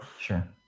sure